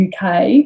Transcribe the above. UK